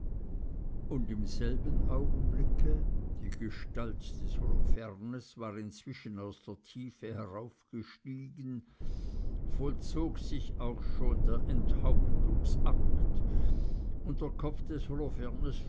und im selben augenblicke die gestalt des holofernes war inzwischen aus der tiefe heraufgestiegen vollzog sich auch schon der enthauptungsakt und der kopf des